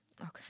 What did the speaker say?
Okay